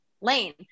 Lane